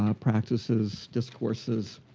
ah practices, discourses,